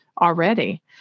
already